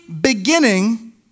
beginning